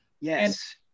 yes